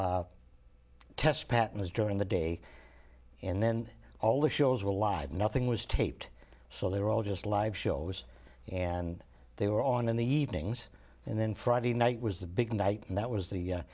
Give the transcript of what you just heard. have test patterns during the day and then all the shows were live nothing was taped so they were all just live shows and they were on in the evenings and then friday night was the big night and that was the